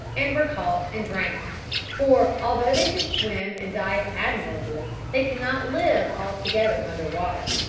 and were caught and drowned for, although they can swim and dive admirably, they cannot live altogether under water.